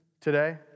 today